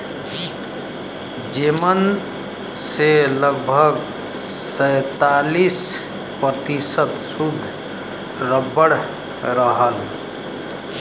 जेमन से लगभग सैंतालीस प्रतिशत सुद्ध रबर रहल